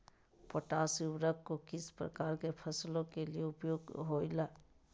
Potash उर्वरक को किस प्रकार के फसलों के लिए उपयोग होईला?